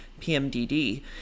PMDD